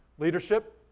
leadership,